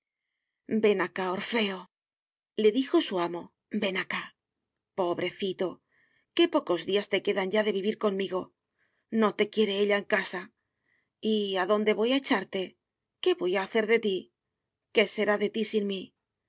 ven acá orfeole dijo su amo ven acá pobrecito qué pocos días te quedan ya de vivir conmigo no te quiere ella en casa y adónde voy a echarte qué voy a hacer de ti qué será de ti sin mí